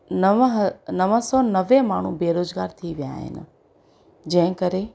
नव ह नव सौ नवे माण्हू बेरोज़गार थी विया आहिनि जंहिं करे